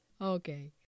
Okay